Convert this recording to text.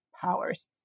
powers